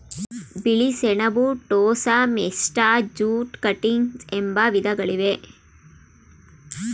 ಬಿಳಿ ಸೆಣಬು, ಟೋಸ, ಮೆಸ್ಟಾ, ಜೂಟ್ ಕಟಿಂಗ್ಸ್ ಎಂಬ ವಿಧಗಳಿವೆ